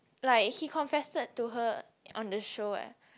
like he confessed to her on the show eh